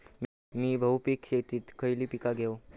मी बहुपिक शेतीत खयली पीका घेव?